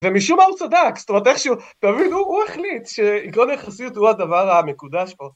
ומשום מה הוא צדק, זאת אומרת איך שהוא, תבין, הוא החליט שעיקרון היחסיות הוא הדבר המקודש פה.